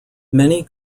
many